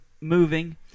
moving